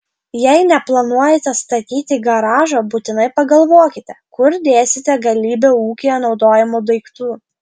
jei neplanuojate statyti garažo būtinai pagalvokite kur dėsite galybę ūkyje naudojamų daiktų